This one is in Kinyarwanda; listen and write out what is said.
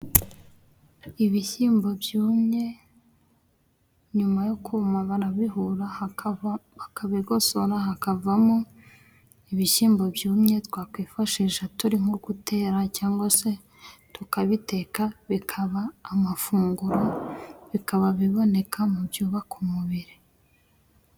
Ibishyimbo byumye nyuma yo kuma barabihura hakava bakabigosora hakavamo ibishyimbo byumye twakwifashisha turi nko gutera cyangwa se tukabiteka bikaba amafunguro bikaba biboneka mu byubaka umubiri.